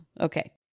Okay